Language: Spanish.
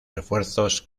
refuerzos